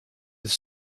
with